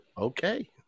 Okay